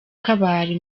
kabale